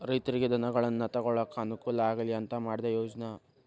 ರೈತರಿಗೆ ಧನಗಳನ್ನಾ ತೊಗೊಳಾಕ ಅನಕೂಲ ಆಗ್ಲಿ ಅಂತಾ ಮಾಡಿದ ಯೋಜ್ನಾ